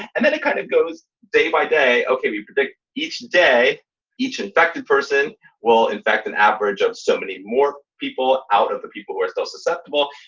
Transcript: and then it kind of goes day by day. okay. you predict each day each infected person will, in fact, an average of so many more people out of the people who are still susceptible.